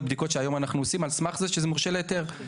בדיקות שהיום אנחנו עושים על סמך זה שזה מורשה להיתר.